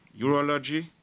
urology